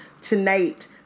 Tonight